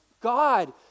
God